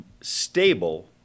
stable